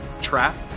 trap